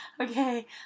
Okay